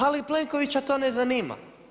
Ali Plenkovića to ne zanima.